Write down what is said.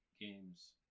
games